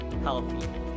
healthy